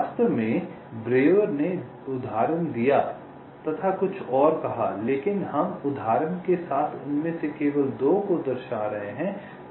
वास्तव में ब्रेउर ने उदाहरण दिया तथा कुछ और कहा लेकिन हम उदाहरण के साथ उनमें से केवल 2 को दर्शा रहे हैं